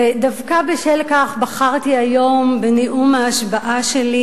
דווקא בשל כך בחרתי היום בנאום ההשבעה שלי